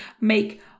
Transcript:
make